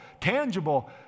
tangible